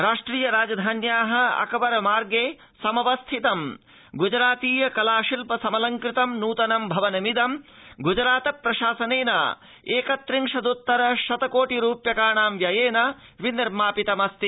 राष्ट्रिय राजधान्या अकबर मार्गे समवस्थितं गुजरातीय कला शिल्प समलंकृतं नूतनं भवनमिदं गुजरात प्रशासेन एक त्रिंशदृत्तर शत कोटि रूप्यकाणां व्ययेन विनिर्मापितमस्ति